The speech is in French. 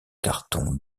carton